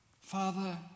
Father